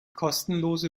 kostenlose